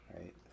right